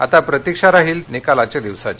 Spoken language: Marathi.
आता प्रतीक्षा राहील ती निकालाच्या दिवसाची